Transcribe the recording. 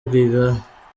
rwigara